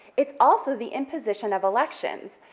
it's also the imposition of elections.